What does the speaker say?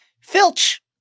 Filch